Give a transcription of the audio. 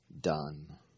done